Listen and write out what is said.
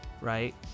right